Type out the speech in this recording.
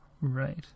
right